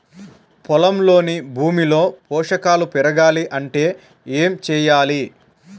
పొలంలోని భూమిలో పోషకాలు పెరగాలి అంటే ఏం చేయాలి?